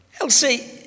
Elsie